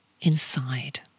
inside